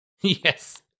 Yes